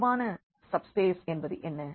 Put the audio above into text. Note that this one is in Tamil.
அற்பமான சப்ஸ்பேஸ் என்பது என்ன